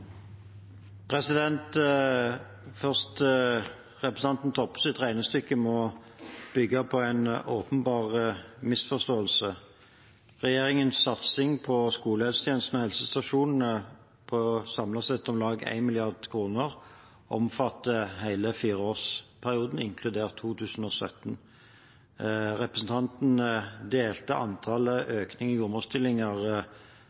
åpenbar misforståelse. Regjeringens satsing på skolehelsetjenesten og helsestasjonene på samlet sett om lag 1 mrd. kr omfatter hele fireårsperioden, inkludert 2017. Representanten delte